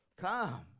Come